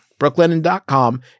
Brooklinen.com